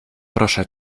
proszę